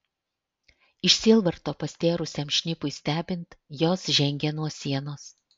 iš sielvarto pastėrusiam šnipui stebint jos žengė nuo sienos